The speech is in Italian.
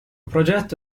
progetto